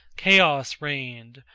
chaos reigned,